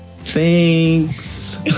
Thanks